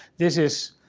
this is.